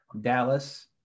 Dallas